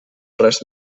res